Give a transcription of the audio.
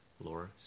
Laura